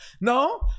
No